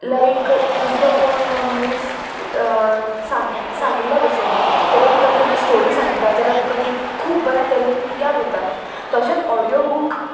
लायक दुसरो कोण मनीस सांग सांगिल्ल्या भशेन जेन्ना तुमकां केन्ना स्टोरी सांगता जेन्ना तुमकां ती खूब बऱ्या तरेन याद उरता तशेंत ऑडियो बूक